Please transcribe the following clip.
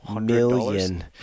Million